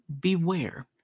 beware